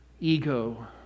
ego